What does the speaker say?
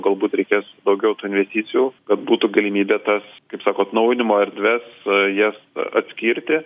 galbūt reikės daugiau tų investicijų kad būtų galimybė tas kaip sako atnaujinimo erdves jas atskirti